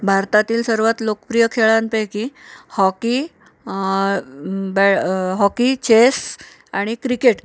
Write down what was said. भारतातील सर्वात लोकप्रिय खेळांपैकी हॉकी बॅ हॉकी चेस आणि क्रिकेट